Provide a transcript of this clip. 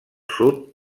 sud